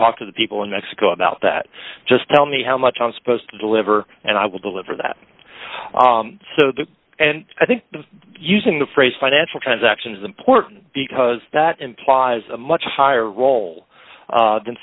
talk to the people in mexico about that just tell me how much i'm supposed to deliver and i will deliver that so the and i think using the phrase financial transactions important because that implies a much higher role than